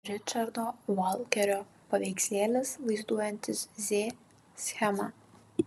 ričardo valkerio paveikslėlis vaizduojantis z schemą